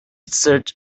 search